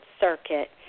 circuit